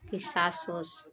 कि सास ओस